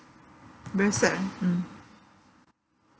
very sad eh mm